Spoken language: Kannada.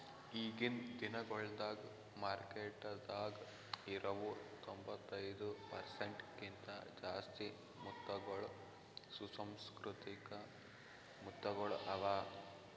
ಈಗಿನ್ ದಿನಗೊಳ್ದಾಗ್ ಮಾರ್ಕೆಟದಾಗ್ ಇರವು ತೊಂಬತ್ತೈದು ಪರ್ಸೆಂಟ್ ಕಿಂತ ಜಾಸ್ತಿ ಮುತ್ತಗೊಳ್ ಸುಸಂಸ್ಕೃತಿಕ ಮುತ್ತಗೊಳ್ ಅವಾ